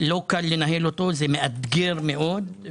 לא קל לנהל אותו, זה מאתגר מאוד.